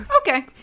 okay